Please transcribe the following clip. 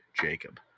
Jacob